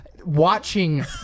watching